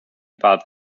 about